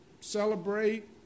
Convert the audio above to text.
celebrate